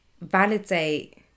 validate